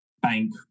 bank